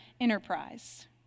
enterprise